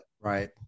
Right